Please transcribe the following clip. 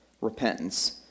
repentance